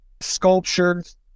sculptures